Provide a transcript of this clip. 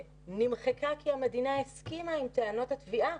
שנמחקה כי המדינה הסכימה עם טענות התביעה